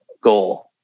goal